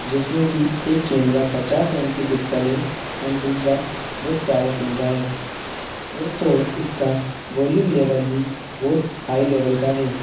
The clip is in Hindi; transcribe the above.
जिस में की एक कैमरा पचास एम पी पिक्सल है एण्ड दूसरा बहुत प्यारा कैमरा है और तो और इसका वॉल्यूम लेवल भी बहुत हाई लेवल का है